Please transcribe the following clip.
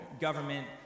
government